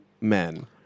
men